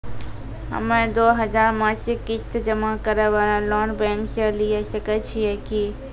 हम्मय दो हजार मासिक किस्त जमा करे वाला लोन बैंक से लिये सकय छियै की?